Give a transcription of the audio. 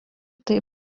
tai